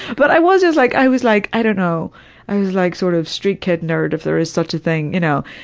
but i was as like, i was like, i don't know i was like sort of street kid nerd if there is such a thing, you know.